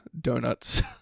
donuts